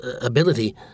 ability